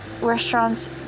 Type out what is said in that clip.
restaurants